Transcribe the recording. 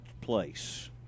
place